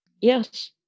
Yes